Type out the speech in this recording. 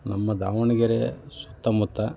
ನಮ್ಮ ದಾವಣಗೆರೆ ಸುತ್ತಮುತ್ತ